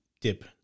dip